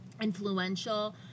influential